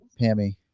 Pammy